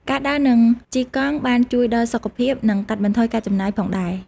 ការដើរនិងជិះកង់បានជួយដល់សុខភាពនិងកាត់បន្ថយការចំណាយផងដែរ។